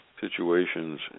situations